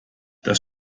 das